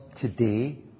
today